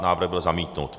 Návrh byl zamítnut.